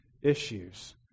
issues